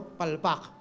palpak